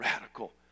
radical